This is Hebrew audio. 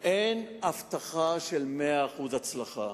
אין הבטחה של מאה אחוזי הצלחה.